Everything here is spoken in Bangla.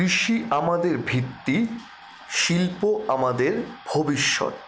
কৃষি আমাদের ভিত্তি শিল্প আমাদের ভবিষ্যৎ